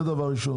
זה דבר ראשון.